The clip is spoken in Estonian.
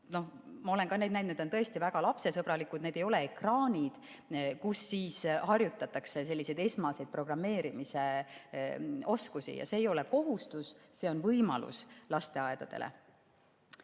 Ma olen neid näinud, need on tõesti väga lapsesõbralikud, need ei ole ekraanid. Seal harjutatakse esmaseid programmeerimise oskusi, ja see ei ole kohustus, see on võimalus lasteaedadele.